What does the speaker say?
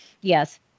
Yes